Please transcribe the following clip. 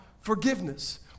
forgiveness